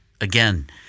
again